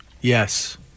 Yes